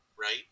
right